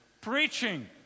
preaching